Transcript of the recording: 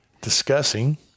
discussing